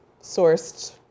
sourced